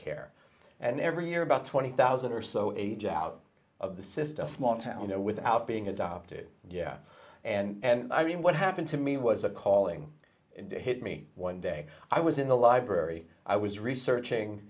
care and every year about twenty thousand or so age out of the system small town you know without being adopted yeah and i mean what happened to me was a calling it hit me one day i was in the library i was